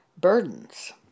burdens